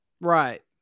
Right